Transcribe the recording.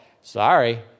Sorry